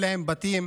אין להם בתים.